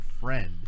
friend